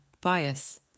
Bias